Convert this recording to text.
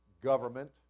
government